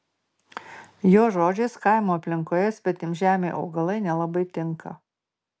jo žodžiais kaimo aplinkoje svetimžemiai augalai nelabai tinka